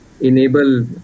enable